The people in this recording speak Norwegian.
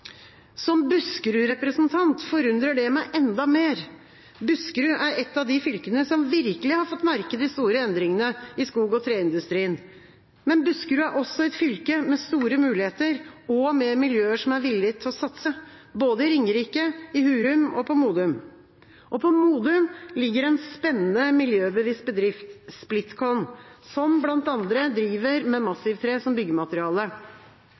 Som Buskerud-representant forundrer det meg enda mer. Buskerud er et av de fylkene som virkelig har fått merke de store endringene i skog- og treindustrien. Men Buskerud er også et fylke med store muligheter og med miljøer som er villige til å satse, både på Ringerike, på Hurum og på Modum. På Modum ligger en spennende, miljøbevisst bedrift, Splitkon, som bl.a. driver med massivtre som byggemateriale.